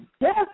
Yes